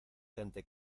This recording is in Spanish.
gente